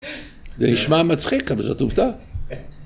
‫זה נשמע מצחיק, אבל זאת עובדה. ‫-כן.